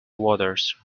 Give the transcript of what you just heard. waters